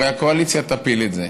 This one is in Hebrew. הרי הקואליציה תפיל את זה.